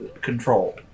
control